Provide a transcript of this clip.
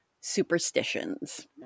Superstitions